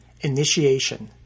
Initiation